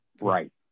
right